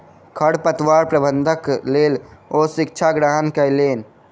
खरपतवार प्रबंधनक लेल ओ शिक्षा ग्रहण कयलैन